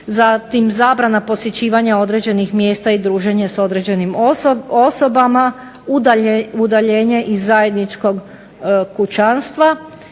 Zatim zabrana posjećivanja određenih mjesta i druženje s određenim osobama, udaljenje iz zajedničkog kućanstva